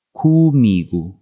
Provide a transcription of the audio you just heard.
comigo